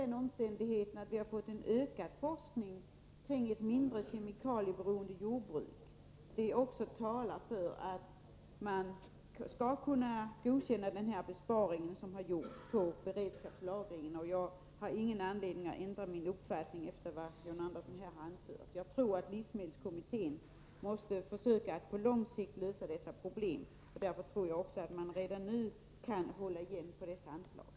Den omständigheten att vi har fått ökad forskning kring ett mindre kemikalieberoende jordbruk talar för att man skall kunna godkänna den besparing som gjorts på anslaget för beredskapslagring. Jag har ingen anledning att ändra min uppfattning sedan jag lyssnat till vad John Andersson anfört. Jag tror att livsmedelskommittén måste försöka lösa dessa problem på lång sikt. Därför tror jag att man redan nu kan hålla igen på detta anslag.